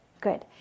Good